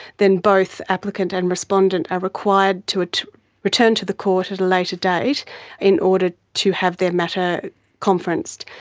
then both applicant and respondent are required to to return to the court at a later date in order to have their matter conferenced.